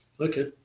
Okay